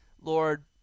lord